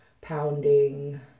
pounding